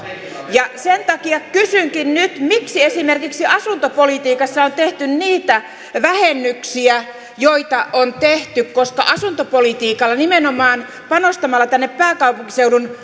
ja sen takia kysynkin nyt miksi esimerkiksi asuntopolitiikassa on tehty niitä vähennyksiä joita on tehty koska asuntopolitiikalla nimenomaan panostamalla tänne pääkaupunkiseudun